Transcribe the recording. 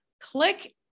click